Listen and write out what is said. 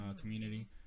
community